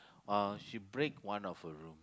uh she break one of her room